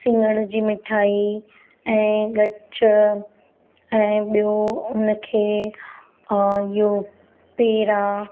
सिंगड़ जी मिठाई ऐं गच ऐं ॿियों उनखे इहो पेरा